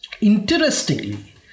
Interestingly